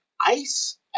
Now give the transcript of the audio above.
ice